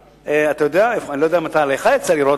אני לא יודע אם לך יצא לראות,